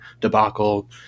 debacle